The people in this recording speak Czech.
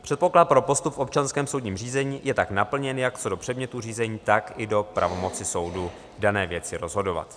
Předpoklad pro postup v občanském soudním řízení je tak naplněn jak co do předmětu řízení, tak i do pravomoci soudu v dané věci rozhodovat.